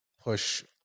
push